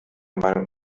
meinung